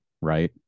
right